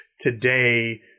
today